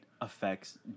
affects